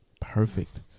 perfect